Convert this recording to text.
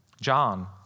John